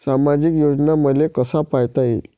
सामाजिक योजना मले कसा पायता येईन?